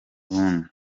buntu